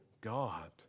God